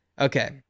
okay